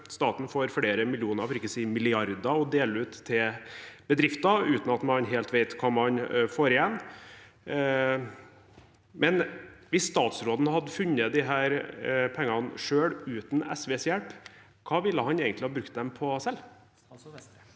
staten får flere millioner – for ikke å si milliarder – å dele ut til bedrifter, uten at man helt vet hva man får igjen. Men hvis statsråden hadde funnet disse pengene selv, uten SVs hjelp, hva ville han egentlig selv ha brukt dem på?